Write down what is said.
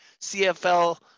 CFL